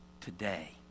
Today